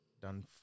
done